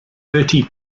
thirty